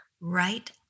Right